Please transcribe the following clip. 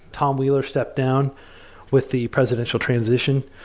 tom wheeler, stepped down with the presidential transition.